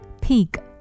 Pig